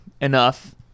enough